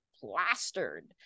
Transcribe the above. plastered